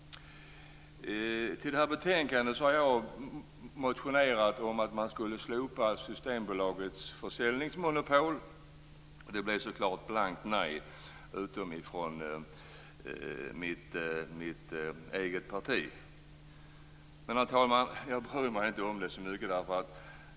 Jag har väckt en motion om att slopa Systembolagets försäljningsmonopol. Det blev så klart blankt nej, utom från mitt eget parti. Herr talman! Jag bryr mig inte så mycket om det.